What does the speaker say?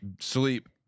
sleep